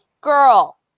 girl